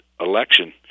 election